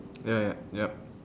ya ya yup